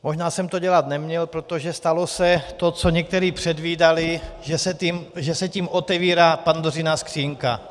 Možná jsem to dělat neměl, protože stalo se to, co někteří předvídali, že se tím otevírá Pandořina skříňka.